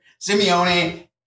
Simeone